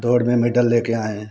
दौड़ में मेडल लेके आए हैं